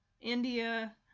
India